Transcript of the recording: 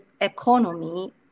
economy